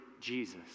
jesus